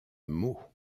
mots